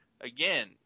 again